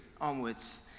onwards